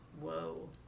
Whoa